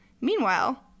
Meanwhile